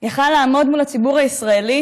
יכול היה לעמוד מול הציבור הישראלי